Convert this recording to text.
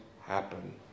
happen